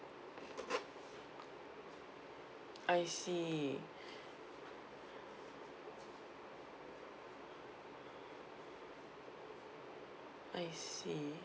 I see I see